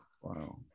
wow